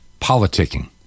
politicking